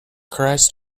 christ